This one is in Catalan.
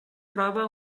roba